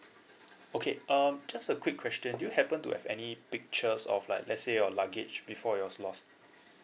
okay um just a quick question do you happen to have any pictures of like let's say your luggage before it was lost